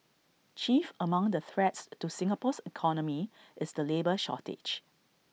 chief among the threats to Singapore's economy is the labour shortage